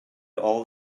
all